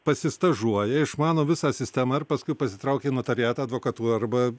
pasistažuoja išmano visą sistemą ir paskui pasitraukia į notariatą advokatūrą arba